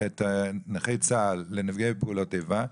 את נכי צה"ל לנפגעי פעולות איבה.